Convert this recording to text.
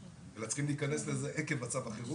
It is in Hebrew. אלא צריכים להיכנס לזה עקב מצב החירום